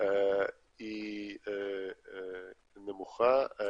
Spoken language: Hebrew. היא נמוכה ומוטלת בספק.